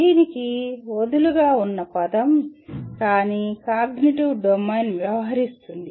దీనికి వదులుగా ఉన్న పదం కాని కాగ్నిటివ్ డొమైన్ వ్యవహరిస్తుంది